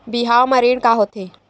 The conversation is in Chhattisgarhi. बिहाव म ऋण का होथे?